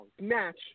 match